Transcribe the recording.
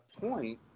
point